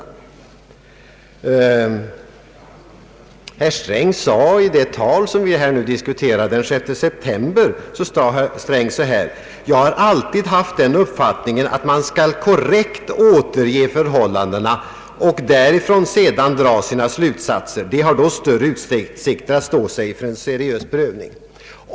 I herr Strängs tal den 6 september, det vi nu diskuterar, framhåller han att han alltid har haft den uppfattningen att man korrekt skall återge förhållandena och därifrån sedan dra sina slutsatser. De har då större utsikter att stå sig inför en seriös prövning.